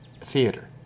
theater